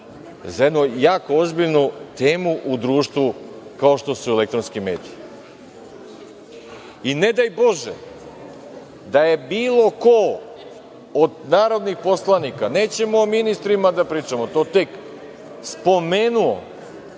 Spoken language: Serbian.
za jednu jako ozbiljnu temu u društvu, kao što su elektronski mediji. Ne daj Bože da je bilo ko od narodnih poslanika, nećemo o ministrima da pričamo, to tek, spomenuo